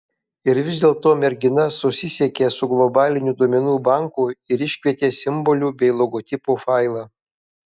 ir vis dėlto mergina susisiekė su globaliniu duomenų banku ir iškvietė simbolių bei logotipų failą